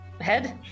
head